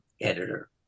editor